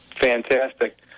Fantastic